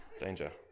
danger